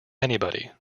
anybody